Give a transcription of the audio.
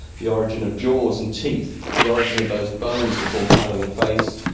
the origin of jaws and teeth, the origin of those bones that form part of the face,